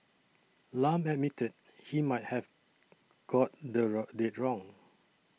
Lam admitted he might have got the road date wrong